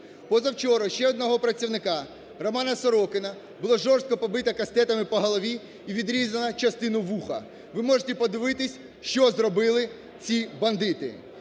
Позавчора ще одного працівника Романа Сорокіна було жорстко побито кастетами по голові і відрізано частину вуха. Ви можете подивитися, що зробили ці бандити.